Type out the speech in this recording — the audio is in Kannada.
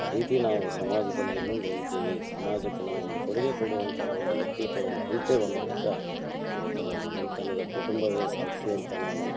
ಆ ರೀತಿ ನಾವು ಸಮಾಜದಲ್ಲಿ ಮುಂದೆ ಹೋಗ್ತೀವಿ ಸಮಾಜಕ್ಕೆ ನಾವು ಒಂದು ಕೊಡುಗೆ ಕೊಡುವಂಥ ಒಂದು ವ್ಯಕ್ತಿತ್ವವನ್ನು ಹೊಂದ್ತೇವೆ ಅನ್ನೋದಕ್ಕೆ ಇವತ್ತು ನನ್ನ ಮನೆತನದ ಕುಟುಂಬವೇ ಸಾಕ್ಷಿ ಅಂತ ನಾನು